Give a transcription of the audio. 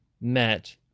met